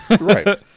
Right